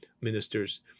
ministers